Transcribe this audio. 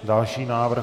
Další návrh.